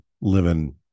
living